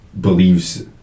believes